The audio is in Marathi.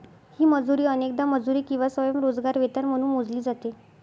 ही मजुरी अनेकदा मजुरी किंवा स्वयंरोजगार वेतन म्हणून मोजली जाते